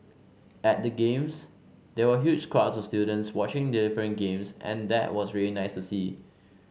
at the games there were huge crowds of students watching different games and that was really nice to see